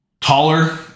taller